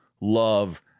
love